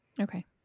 Okay